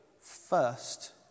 first